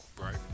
Right